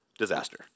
Disaster